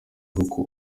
kuko